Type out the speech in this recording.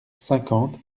cinquante